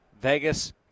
Vegas